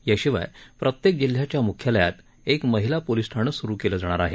याशिवाय प्रत्येक जिल्ह्याच्या मुख्यालयात एक महिला पोलीस ठाणे सुरू करण्यात येणार आहे